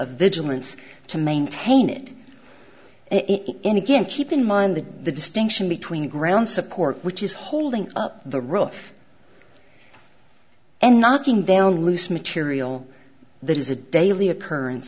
of vigilance to maintain it it in again keep in mind the distinction between ground support which is holding up the road and knocking down loose material that is a daily occurrence